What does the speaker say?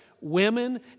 women